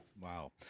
Wow